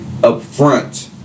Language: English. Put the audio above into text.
upfront